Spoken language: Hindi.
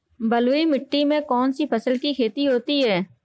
बलुई मिट्टी में कौनसी फसल की खेती होती है?